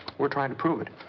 we're trying to prove it.